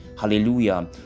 Hallelujah